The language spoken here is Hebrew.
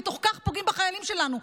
ובתוך כך פוגעים בחיילים שלנו.